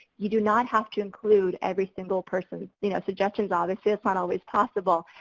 you do not have to include every single person's you know suggestions, obviously, it's not always possible.